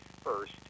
first